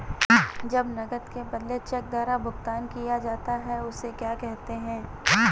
जब नकद के बदले चेक द्वारा भुगतान किया जाता हैं उसे क्या कहते है?